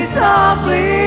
softly